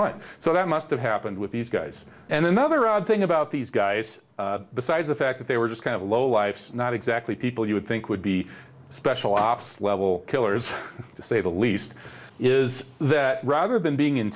line so that must have happened with these guys and another odd thing about these guys besides the fact that they were just kind of lowlifes not exactly people you would think would be special ops level killers say the least is that rather than being in